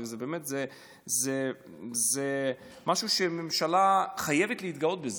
זה באמת משהו שהממשלה חייבת להתגאות בו,